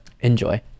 enjoy